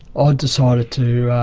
ah decided to